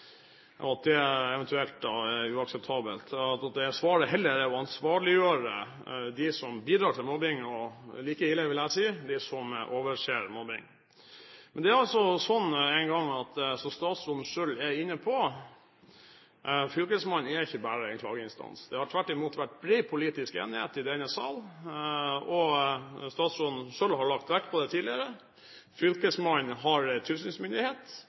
at det eventuelt er uakseptabelt. Svaret er heller å ansvarliggjøre dem som bidrar til mobbing, og – like ille, vil jeg si – dem som overser mobbing. Det er, som statsråden selv er inne på, sånn at fylkesmannen er ikke bare en klageinstans. Det har i denne salen tvert imot vært bred politisk enighet om, og statsråden har selv lagt vekt på det tidligere, at fylkesmannen har tilsynsmyndighet.